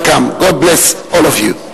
Welcome, God bless all of you.